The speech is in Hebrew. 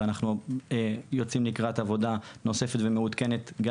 ואנחנו יוצאים לקראת עבודה נוספת ומעודכנת גם